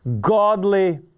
godly